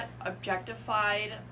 objectified